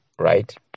right